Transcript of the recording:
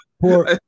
Poor